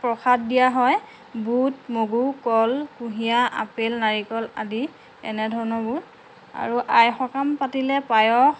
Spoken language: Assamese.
প্ৰসাদ দিয়া হয় বুট মগু কল কুঁহিয়াৰ আপেল নাৰিকল আদি এনেধৰণৰ বোৰ আৰু আই সকাম পাতিলে পায়স